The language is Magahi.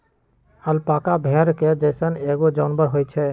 अलपाका भेड़ के जइसन एगो जानवर होई छई